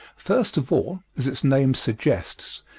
first of all, as its name suggests,